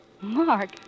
Mark